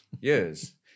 years